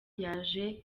yaje